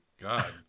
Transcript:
God